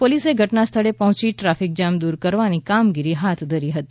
પોલીસે ઘટના સ્થળે પહોંચી ટ્રાફિક જામ દૂર કરવાની કામગીરી હાથ ધરી હતી